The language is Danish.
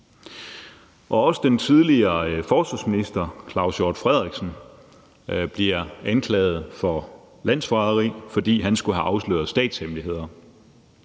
Også den tidligere forsvarsminister Claus Hjort Frederiksen bliver anklaget for landsforræderi, fordi han skulle have afsløret statshemmeligheder.